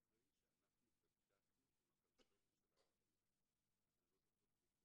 אחרי שאנחנו בדקנו עם הקרדיולוגים שלנו את המקרים.